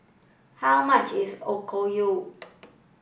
how much is Okayu